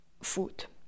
food